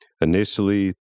initially